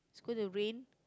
gonna rain